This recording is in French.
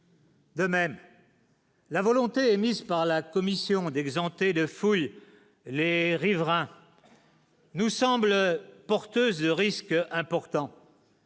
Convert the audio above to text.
De même, la volonté émise par la commission d'exempter de fouiller les riverains nous semble porteuse risque important.